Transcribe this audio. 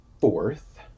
fourth